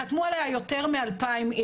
חתמו עליה יותר מ-2,000 איש,